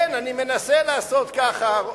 לכאן, לכאן.